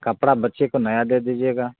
कपड़ा बच्चे को नया दे दीजिएगा